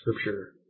Scripture